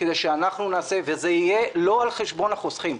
זה יהיה לא על חשבון החוסכים.